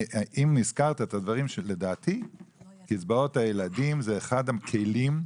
לדעתי קצבאות הילדים זה אחד הכלים,